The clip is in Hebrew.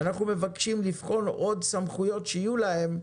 אנחנו מבקשים לבחון עוד סמכויות שיהיו להם,